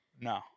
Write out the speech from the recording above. No